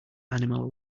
animal